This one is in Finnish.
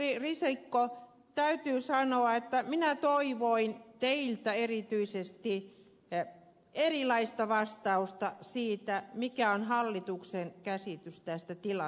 ministeri risikko täytyy sanoa että minä toivoin teiltä erityisesti erilaista vastausta siitä mikä on hallituksen käsitys tästä tilanteesta